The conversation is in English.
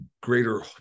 greater